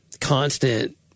constant